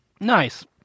Nice